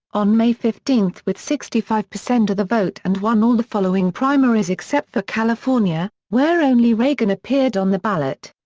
on may fifteen with sixty five percent of the vote and won all the following primaries except for california, where only reagan appeared on the ballot.